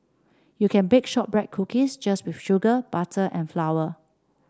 you can bake shortbread cookies just with sugar butter and flour